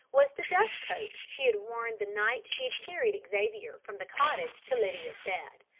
was the dust coat she had worn the night she had carried xavier from the cottage to lydia's bed.